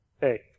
hey